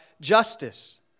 justice